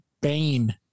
Bane